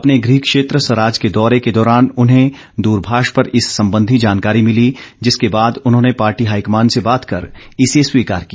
अपने गृह क्षेत्र सराज के दौरे के दौरान उन्हें दूरभाष पर इस संबंधी जानकारी मिली जिसके बाद उन्होंने पार्टी हाईकमान से बात कर इसे स्वीकार किया